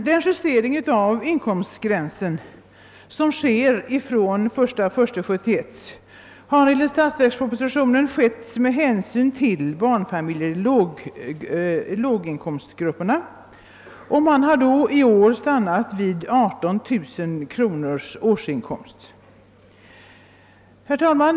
Den justering av inkomstgränsen som sker från 1 januari 1971 har enligt statsverkspropositionen vidtagits med hän syn till barnfamiljer i låglönegrupperna; man har i år stannat vid 18 000 kronors årsinkomst. Herr talman!